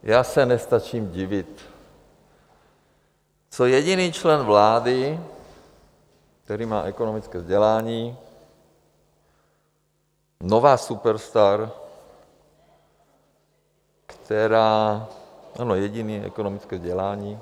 Já se nestačím divit, co jediný člen vlády, který má ekonomické vzdělání, nová superstar, která ano, jediný ekonomické vzdělání.